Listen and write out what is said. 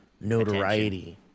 notoriety